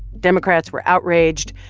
democrats were outraged.